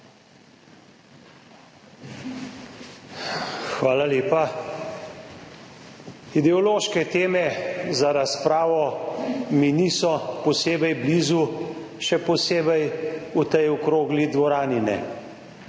Hvala lepa. Ideološke teme za razpravo mi niso posebej blizu, še posebej v tej okrogli dvorani ne,